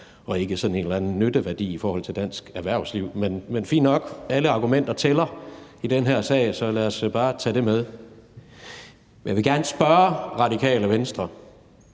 og ikke sådan en eller anden nytteværdi i forhold til dansk erhvervsliv. Men fint nok! Alle argumenter tæller i den her sag, så lad os bare tage det med. Men jeg vil gerne spørge Radikale Venstre,